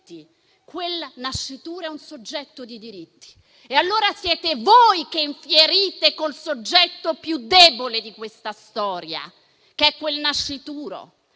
Quel nascituro è un soggetto di diritti. Allora siete voi che infierite sul soggetto più debole di questa storia, che è quel nascituro,